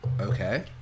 Okay